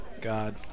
God